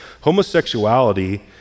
Homosexuality